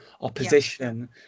opposition